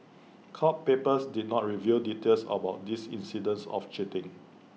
court papers did not reveal details about these incidents of cheating